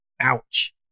Ouch